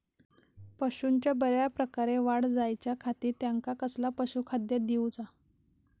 पशूंची बऱ्या प्रकारे वाढ जायच्या खाती त्यांका कसला पशुखाद्य दिऊचा?